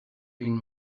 been